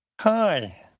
Hi